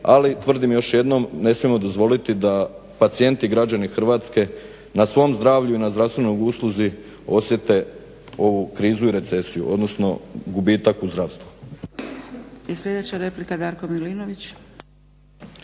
ali tvrdim još jednom, ne smije dozvoliti da pacijenti i građani Hrvatske na svom zdravlju i zdravstvenoj usluzi osjete ovu krizu i recesiju, odnosno gubitak u zdravstvu.